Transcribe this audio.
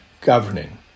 governing